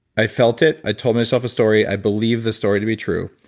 i felt it, i told myself a story, i believed the story to be true,